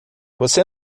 você